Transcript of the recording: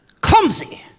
Clumsy